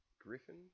griffin